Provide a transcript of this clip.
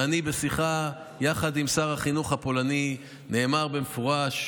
ובשיחה עם שר החינוך הפולני נאמר במפורש,